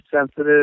sensitive